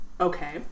Okay